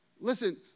Listen